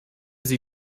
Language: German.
sie